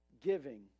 giving